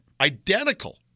Identical